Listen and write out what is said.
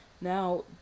now